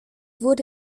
wurde